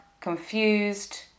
confused